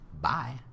Bye